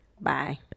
bye